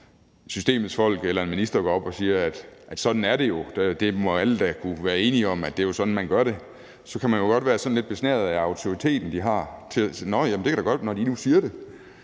systemets folk eller en minister går op og siger: Sådan er det jo, og alle må da kunne være enige om, at det er sådan, man gør det – så kan man godt være sådan lidt besnæret af den autoritet, de har, og tænke: Nå ja, det kan da godt være, når de nu siger det.